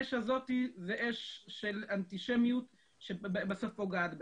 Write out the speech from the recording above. והאש הזאת זו אש של אנטישמיות שבסוף פוגעת בהם.